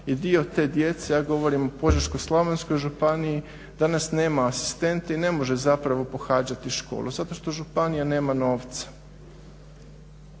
i dio te djece, ja govorim o Požeško-slavonskoj županiji danas nema asistente i ne može zapravo pohađati školu zato što županija nema novca.